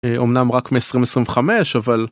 אמנם רק מ-2025 אבל.